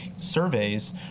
surveys